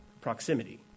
Proximity